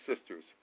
sisters